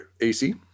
AC